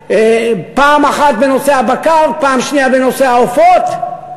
פעם אחת בנושא הבקר, פעם שנייה בנושא העופות,